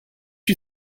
you